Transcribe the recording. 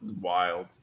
wild